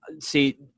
see